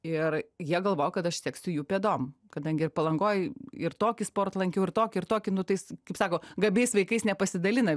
ir jie galvojo kad aš seksiu jų pėdom kadangi ir palangoj ir tokį sportą lankiau ir tokį ir tokį nu tais kaip sako gabiais vaikais nepasidalina